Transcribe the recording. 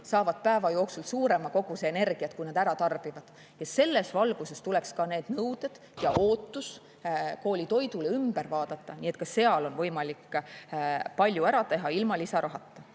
saavad päeva jooksul suurema koguse energiat, kui nad ära tarbivad. Ja selles valguses tuleks ka need nõuded ja ootus koolitoidule ümber vaadata. Nii et ka seal on võimalik palju ära teha ilma lisarahata. Nüüd,